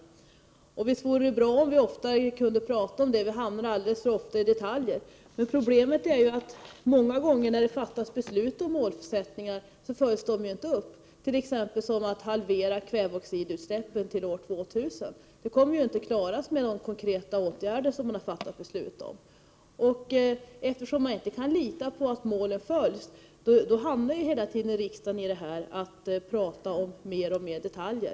Visst vore det bra om vi oftare kunde tala om detta — vi hamnar alldeles för många gånger i detaljer — men problemet är att det ofta blir så, när det har fattats beslut om målsättningar, att dessa inte följs upp. Kravet att kväveoxidutsläppen skall halveras fram till år 2000 kommer t.ex. inte att klaras med de konkreta åtgärder som det har fattats beslut om. Eftersom man inte kan lita på att målen följs upp, hamnar man i riksdagen hela tiden i att mer och mer tala om detaljer.